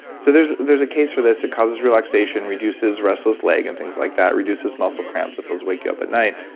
so there's there's a case for this. it causes relaxation, reduces restless leg, and things like that. reduces muscle cramps if those wake you up at night.